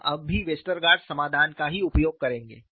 हम अभी भी वेस्टरगार्ड समाधान का ही उपयोग करेंगे